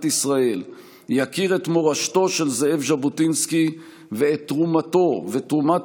ישראל יכיר את מורשתו של זאב ז'בוטינסקי ואת תרומתו ותרומת